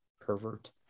Pervert